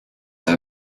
have